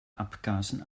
abgasen